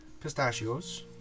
pistachios